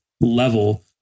level